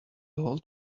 old